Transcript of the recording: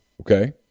okay